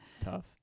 Tough